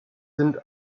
sind